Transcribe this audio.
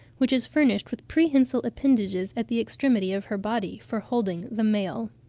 which is furnished with prehensile appendages at the extremity of her body for holding the male.